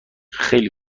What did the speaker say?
خیلی